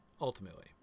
ultimately